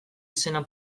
izena